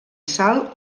sal